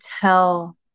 tell